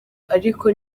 ariko